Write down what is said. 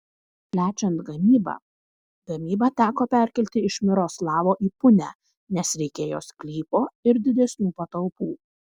plečiant gamybą gamybą teko perkelti iš miroslavo į punią nes reikėjo sklypo ir didesnių patalpų